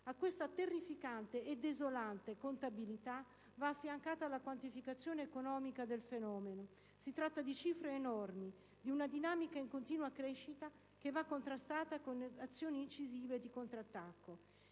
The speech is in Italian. A questa terrificante e desolante contabilità, va affiancata la quantificazione economica del fenomeno. Si tratta di cifre enormi, di una dinamica in continua crescita che va contrastata con azioni incisive di contrattacco.